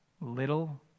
little